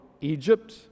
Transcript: Egypt